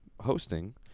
hosting